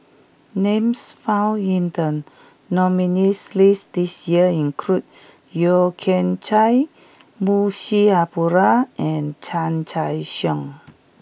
names found in the nominees' list this year include Yeo Kian Chai Munshi Abdullah and Chan Choy Siong